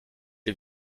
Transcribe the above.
est